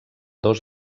dos